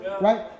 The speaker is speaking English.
Right